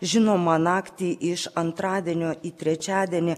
žinoma naktį iš antradienio į trečiadienį